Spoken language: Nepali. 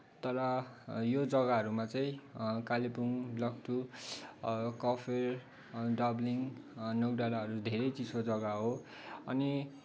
तर यो जग्गाहरूमा चाहिँ कालिम्पोङ लक्टु कफेर अनि डाब्लिङ अनि नोक डाँडाहरू धेरै चिसो जग्गा हो अनि